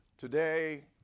Today